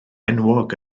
enwog